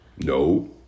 No